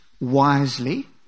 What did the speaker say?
Wisely